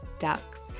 ducks